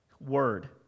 word